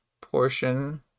portion